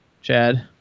Chad